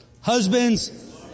Husbands